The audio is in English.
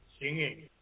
Singing